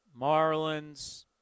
Marlins